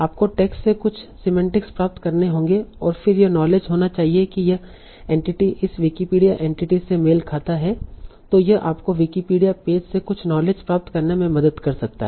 आपको टेक्स्ट से कुछ सेमेंटिक्स प्राप्त करने होंगे और फिर यह नॉलेज होना चाहिए कि यह एंटिटी इस विकिपीडिया एंटिटी से मेल खाता है तों यह आपको विकिपीडिया पेज से कुछ नॉलेज प्राप्त करने में मदद कर सकता है